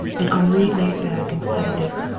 and henri lay back and studied it.